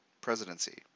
presidency